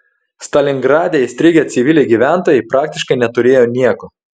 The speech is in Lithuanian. stalingrade įstrigę civiliai gyventojai praktiškai neturėjo nieko